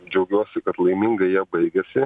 džiaugiuosi kad laimingai jie baigėsi